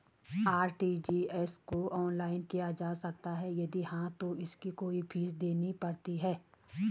RTGS को online किया जा सकता है यदि हाँ तो इसकी कोई फीस देनी पड़ती है?